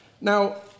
Now